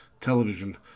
television